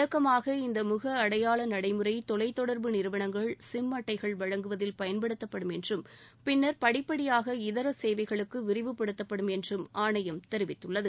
தொடக்கமாக இந்த முக அடையாள நடைமுறை தொலைத் தொடர்பு நிறுவனங்கள் சிம் அட்டைகள் வழங்குவதில் பயன்படுத்தப்படும் என்றும் பின்னர் படிப்படியாக இதர சேவைகளுக்கு விரிவுபடுத்தப்படும் என்றும் ஆணையம் தெரிவித்துள்ளது